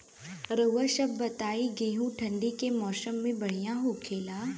रउआ सभ बताई गेहूँ ठंडी के मौसम में बढ़ियां होखेला?